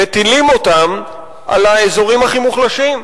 מטילים אותם על האזורים הכי מוחלשים,